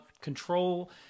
control